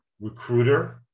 recruiter